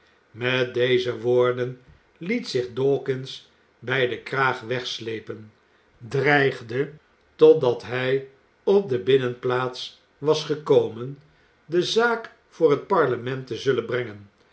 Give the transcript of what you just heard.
met deze woorden liet zich dawkins bij den kraag wegsiepen dreigde totdat hij op de binnenplaats was gekomen de zaak voor het parlement te zullen brengen